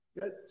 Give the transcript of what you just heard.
Good